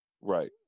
right